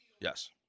Yes